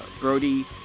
Brody